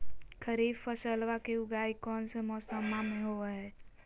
खरीफ फसलवा के उगाई कौन से मौसमा मे होवय है?